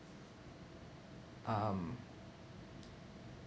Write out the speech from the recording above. um